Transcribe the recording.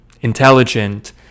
intelligent